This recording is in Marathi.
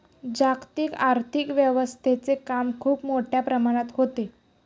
जागतिक आर्थिक व्यवस्थेचे काम खूप मोठ्या प्रमाणात होते